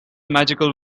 magical